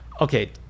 okay